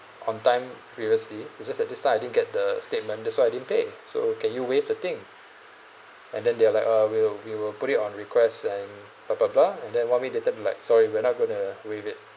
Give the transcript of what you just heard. on time previously is just this time I didn't get the statement that's why I didn't pay so can you waive the thing and then they were like oh we'll we will put it on request and blah blah blah and then one way they tell you like sorry we're not going to waive it